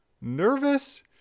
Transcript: Nervous